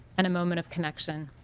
and a moment of connection.